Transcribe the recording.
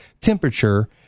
temperature